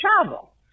travel